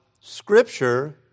scripture